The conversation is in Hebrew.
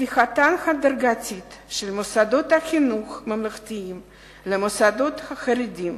הפיכתם ההדרגתית של מוסדות חינוך ממלכתיים למוסדות חרדיים